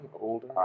older